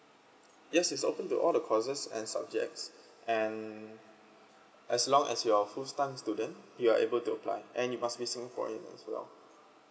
yes it open to all the courses and subjects and as long as you're full time student you're able to apply and you must be singaporean as well